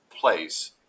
place